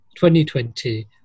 2020